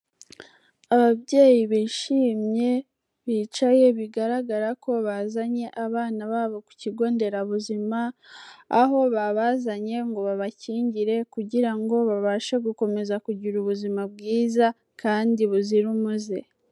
Ababyeyi bishimye bicaye, bigaragara ko bazanye abana babo ku kigo nderabuzima, aho babazanye ngo babakingire, kugira ngo babashe gukomeza kugira ubuzima bwiza, kandi buzira umuze.